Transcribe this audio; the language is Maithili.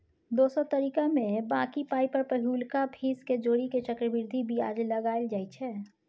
दोसर तरीकामे बॉकी पाइ पर पहिलुका फीस केँ जोड़ि केँ चक्रबृद्धि बियाज लगाएल जाइ छै